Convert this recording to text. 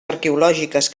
arqueològiques